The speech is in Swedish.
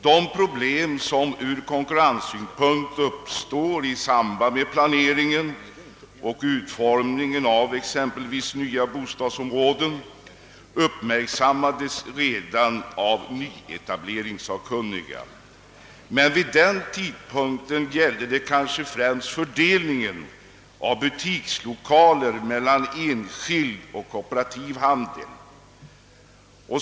De problem som ur konkurrenssynpunkt uppstår i samband med planeringen och utformningen av exempelvis nya bostadsområden uppmärksammades redan av nyetableringssakkunniga. Vid den tidpunkten gällde det kanske främst fördelningen av butikslokaler mellan enskild och kooperativ handel.